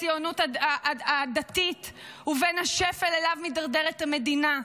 הציונות הדתית ובין השפל אליו מידרדרת המדינה?